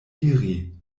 diri